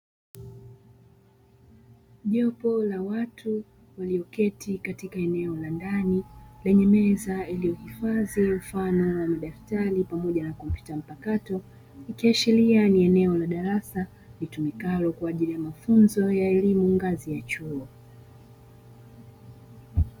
Jopo la watu walioketi katika eneo la ndani lenye meza iliyo hifadhi mfano wa madaftari na kompyuta mpakato, ikiashiria ni eneo le darasa litumikalo kwaajili ya mafunzo ya elimu ngazi ya chuo.